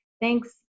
thanks